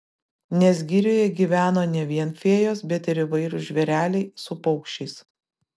nes girioje gyveno ne vien fėjos bet ir įvairūs žvėreliai su paukščiais